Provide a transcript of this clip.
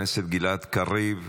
חבר הכנסת גלעד קריב,